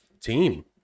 team